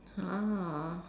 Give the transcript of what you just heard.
ah